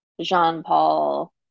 Jean-Paul